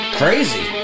crazy